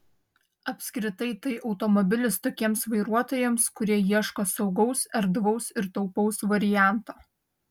apskritai tai automobilis tokiems vairuotojams kurie ieško saugaus erdvaus ir taupaus varianto